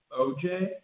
OJ